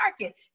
market